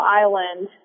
island